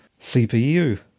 CPU